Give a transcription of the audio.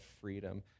freedom